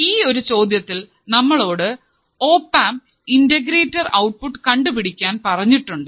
ഈ ഒരു ചോദ്യത്തിൽ നമ്മളോട് ഓപ്ആമ്പ് ഇന്റഗ്രേറ്റർ ഔട്ട്പുട്ട് കണ്ടുപിടിക്കാൻ പറഞ്ഞിട്ടുണ്ട്